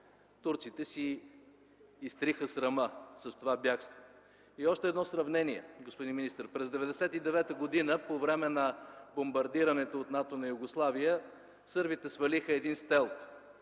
Турците си изтриха срама с това бягство. И още едно сравнение, господин министър. През 1999 г. по време на бомбардирането от НАТО на Югославия сърбите свалиха един „Стелт”